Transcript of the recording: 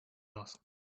asked